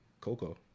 Coco